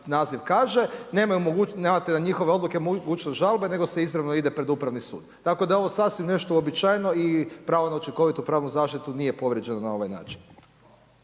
naziv kaže, nemate na njihove odluke mogućnost žalbe, nego se izravno ide pred upravni sud. Tako da je ovo sasvim nešto uobičajeno i pravo na učinkovitu pravnu zaštitu nije povrijeđeno na ovaj način.